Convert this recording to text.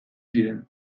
ziren